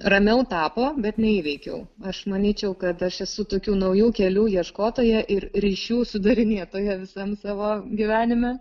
ramiau tapo bet neįveikiau aš manyčiau kad aš esu tokių naujų kelių ieškotoja ir ryšių sudarinėtoja visam savo gyvenime